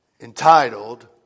entitled